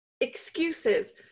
excuses